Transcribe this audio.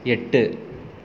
எட்டு